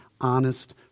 honest